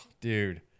Dude